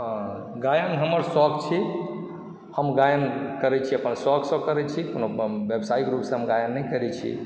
गायन हमर शौक छी हम गायन करै छी अपन शौकसँ करै छी कोनो व्यवसायिक रुपसँ हम गायन नहि करैत छी